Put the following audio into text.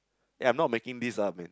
eh I am not making this up man